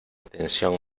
tensión